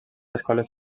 escoles